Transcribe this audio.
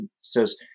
says